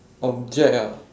object ah